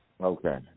okay